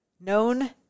known